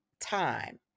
time